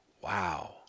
Wow